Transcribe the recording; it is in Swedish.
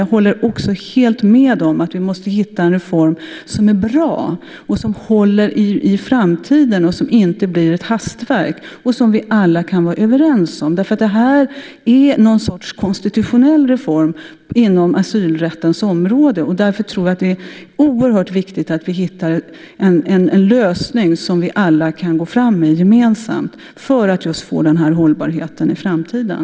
Jag instämmer också helt i att vi måste komma fram till en reform som inte blir ett hastverk och som vi alla kan vara överens om. Det är fråga om ett slags konstitutionell reform inom asylrättens område, och därför tror jag att det är oerhört viktigt att vi hittar en lösning som vi alla gemensamt kan gå fram med. Då kan vi få en hållbarhet i framtiden.